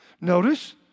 Notice